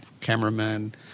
cameraman